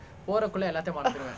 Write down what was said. ah